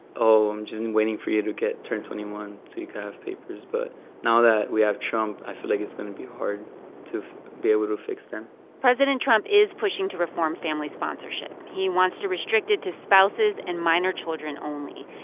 oh, i'm just and waiting for you to get turn twenty one so you can have papers. but now that we have trump, i feel like it's going to be hard to be able to fix them president trump is pushing to reform family sponsorship. he wants to restrict it to spouses and minor children only.